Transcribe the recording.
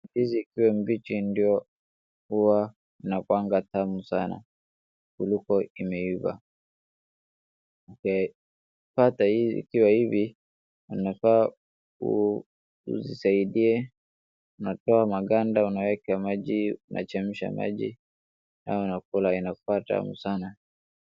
Ndizi ikiwa mbichi ndio huwa inakuanga tamu sana, kuliko imeiva. Ukipata ikiwa hivi, unafaa uzisaidie, unatoa maganda unaeka maji, unachemsha maji na unakula, inakuwa tamu sana.